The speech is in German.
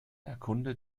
erkunde